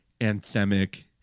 anthemic